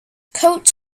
coat